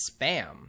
spam